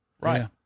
Right